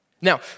Now